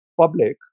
public